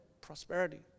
prosperity